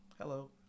Hello